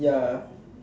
ya